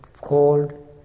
cold